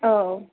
औ